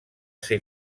ser